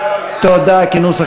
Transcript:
כנוסח